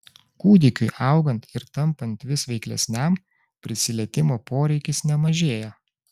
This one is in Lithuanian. kūdikiui augant ir tampant vis veiklesniam prisilietimo poreikis nemažėja